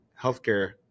Healthcare